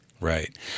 right